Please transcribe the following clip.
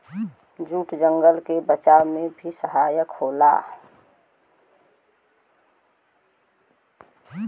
jute जंगल के बचावे में भी सहायक होला